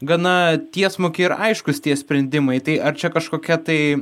gana tiesmuki ir aiškūs tie sprendimai tai ar čia kažkokia tai